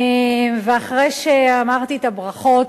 ואחרי שאמרתי את הברכות,